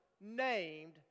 named